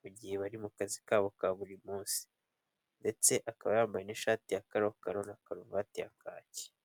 mu gihe bari mu kazi kabo ka buri munsi, ndetse akaba yambaye n'ishati ya karokaro na karuvati ya kaki.